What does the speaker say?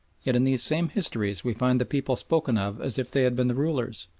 yet in these same histories we find the people spoken of as if they had been the rulers,